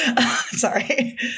Sorry